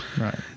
Right